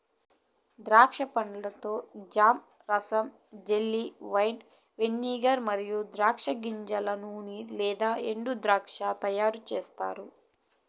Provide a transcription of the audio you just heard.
ద్రాక్ష పండ్లతో జామ్, రసం, జెల్లీ, వైన్, వెనిగర్ మరియు ద్రాక్ష గింజల నూనె లేదా ఎండుద్రాక్ష తయారుచేస్తారు